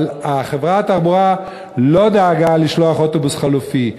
אבל חברת התחבורה לא דאגה לשלוח אוטובוס חלופי.